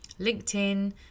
linkedin